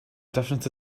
difference